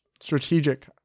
strategic